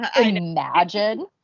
Imagine